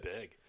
big